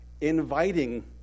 inviting